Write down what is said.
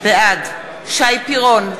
בעד שי פירון,